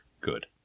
Good